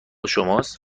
شماست